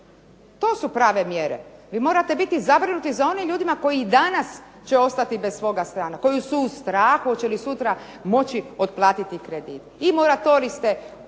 To su prave mjere. Vi morate biti zabrinuti za onim ljudima koji će danas ostati bez svoga stana, koji su u strahu hoće li sutra moći otplatiti kredite. I moratorij ste odbili